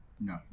No